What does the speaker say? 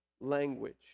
language